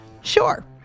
Sure